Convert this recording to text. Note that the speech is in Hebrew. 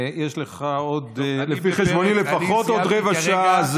ויש לך לפי חשבוני עוד לפחות עוד רבע שעה.